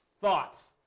Thoughts